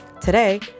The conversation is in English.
Today